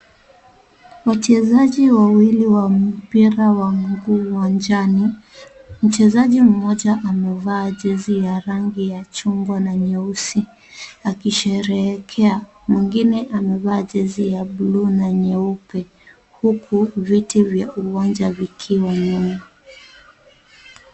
Wachezaji wawili wa mpira wamo uwanjani mchezaji mmoja amevaa jesi ya rangi ya chungwa na nyeusi akisherehekea mwingine amevaa jesi ya bluu na nyeupe huku viti vya uwanja vikiwa nyuma.